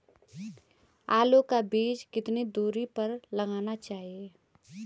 आलू का बीज कितनी दूरी पर लगाना चाहिए?